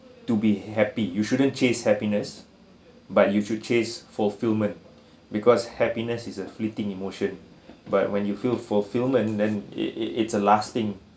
to be happy you shouldn't chase happiness but you should chase fulfilment because happiness is a fleeting emotion but when you feel fulfilment then it it it's a lasting